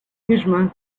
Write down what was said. englishman